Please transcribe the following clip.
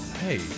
Hey